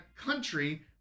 country